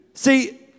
See